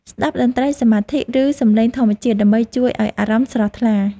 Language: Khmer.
ស្ដាប់តន្ត្រីសមាធិ ឬសំឡេងធម្មជាតិ ដើម្បីជួយឱ្យអារម្មណ៍ស្រស់ថ្លា។